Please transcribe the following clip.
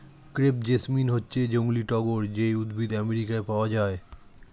crepe jasmine হচ্ছে জংলী টগর যেই উদ্ভিদ আমেরিকায় পাওয়া যায়